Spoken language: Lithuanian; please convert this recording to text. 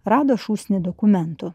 rado šūsnį dokumentų